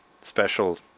special